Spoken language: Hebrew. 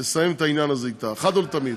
לסיים את העניין הזה אתה אחת ולתמיד.